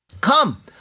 come